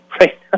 right